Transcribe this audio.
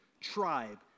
tribe